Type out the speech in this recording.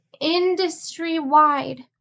industry-wide